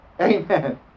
Amen